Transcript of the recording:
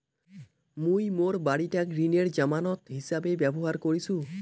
মুই মোর বাড়িটাক ঋণের জামানত হিছাবে ব্যবহার করিসু